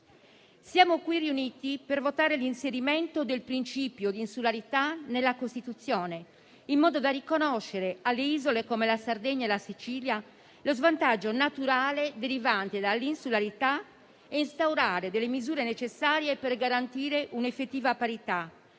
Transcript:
Siamo qui riuniti per votare l'inserimento del principio di insularità nella Costituzione, in modo da riconoscere alle isole come la Sardegna e la Sicilia lo svantaggio naturale derivante dall'insularità e instaurare le misure necessarie per garantire un'effettiva parità